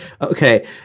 Okay